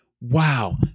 Wow